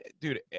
dude